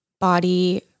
body